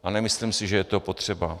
A nemyslím si, že je to potřeba.